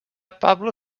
pablo